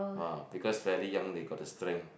!wow! because very young they got the strength